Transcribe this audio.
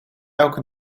elke